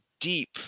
deep